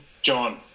John